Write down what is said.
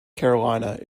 carolina